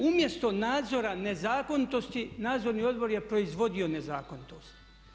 Umjesto nadzora nezakonitosti Nadzorni odbor je proizvodio nezakonitost.